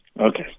okay